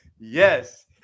Yes